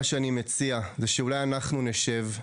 מה שאני מציע זה שאולי אנחנו נשב,